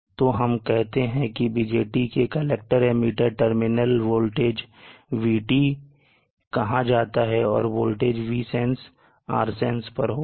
तो हम कहते हैं कि BJT के collector emitter terminal VT voltage कहां जाता है और वोल्टेज Vsense Rsense पर होगा